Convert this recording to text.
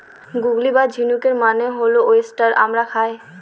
গুগলি বা ঝিনুকের মানে হল ওয়েস্টার আমরা খাই